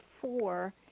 four